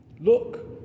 Look